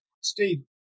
Steve